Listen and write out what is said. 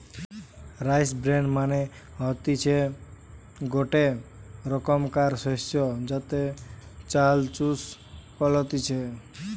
rice bran মানে হতিছে গটে রোকমকার শস্য যাতে চাল চুষ কলতিছে